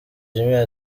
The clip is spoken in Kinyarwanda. jimmy